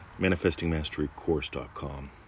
manifestingmasterycourse.com